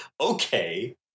okay